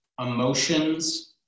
emotions